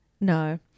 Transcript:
No